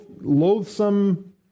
loathsome